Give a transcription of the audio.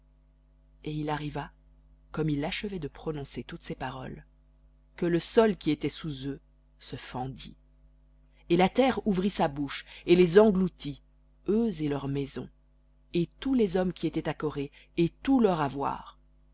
et il arriva comme il achevait de prononcer toutes ces paroles que le sol qui était sous eux se fendit et la terre ouvrit sa bouche et les engloutit et leurs maisons et tous les hommes qui étaient à coré et tout leur avoir